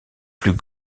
plus